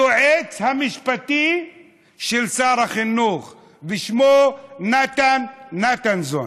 היועץ המשפטי של שר החינוך, ושמו נתן נתנזון.